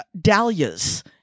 dahlias